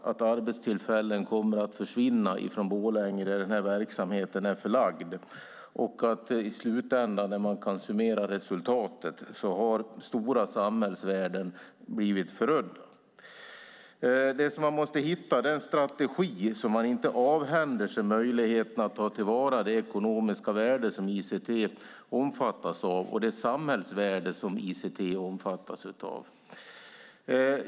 Arbetstillfällen kommer att försvinna från Borlänge, där den här verksamheten är förlagd. I slutändan kommer stora samhällsvärden att bli förödda. Man måste hitta en strategi så att man inte avhänder sig möjligheten att ta till vara det ekonomiska värde som ICT omfattar och det samhällsvärde som ICT utgör.